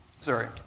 Sorry